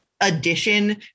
addition